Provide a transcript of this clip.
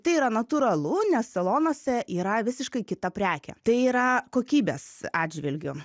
tai yra natūralu nes salonuose yra visiškai kita prekė tai yra kokybės atžvilgiu